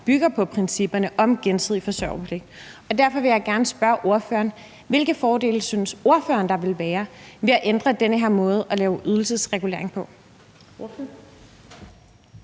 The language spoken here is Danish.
bygger på principperne om gensidig forsørgerpligt. Derfor vil jeg gerne spørge ordføreren: Hvilke fordele synes ordføreren der ville være ved at ændre den her måde at lave ydelsesregulering på?